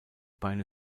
beine